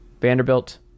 Vanderbilt